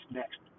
next